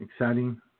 Exciting